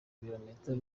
ibirometero